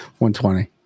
120